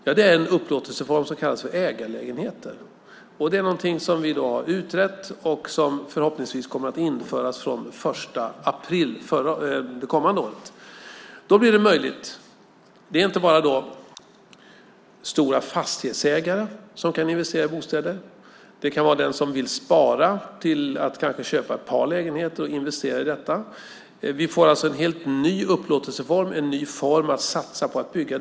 Ja, det är en upplåtelseform som kallas för ägarlägenheter, och det är någonting som vi i dag har utrett och som förhoppningsvis kommer att införas den 1 april kommande år. Då blir det inte bara stora fastighetsägare som kan investera i bostäder. Det kan vara den som vill spara till att kanske köpa ett par lägenheter och investera i detta. Vi får en helt ny upplåtelseform och en ny form för att satsa på att bygga.